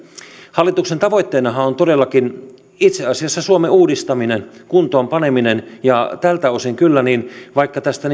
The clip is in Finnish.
hallituksen tavoitteenahan on on todellakin itse asiassa suomen uudistaminen kuntoon paneminen ja tältä osin kyllä vaikka tästä